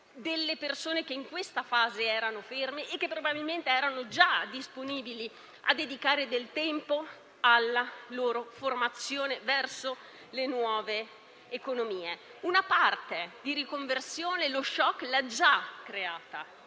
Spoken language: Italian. delle persone che in questa fase erano ferme e che probabilmente erano già disponibili a dedicare del tempo alla loro formazione verso le nuove economie. Lo *shock* ha già provocato